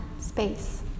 space